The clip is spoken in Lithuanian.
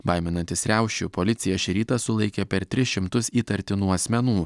baiminantis riaušių policija šį rytą sulaikė per tris šimtus įtartinų asmenų